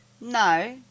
No